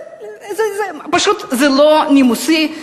זה פשוט לא נימוסי,